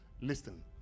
listen